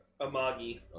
Amagi